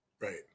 Right